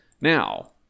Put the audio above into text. Now